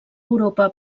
europa